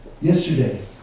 Yesterday